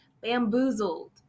bamboozled